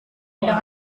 dengan